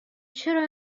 چرا